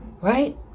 right